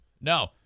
No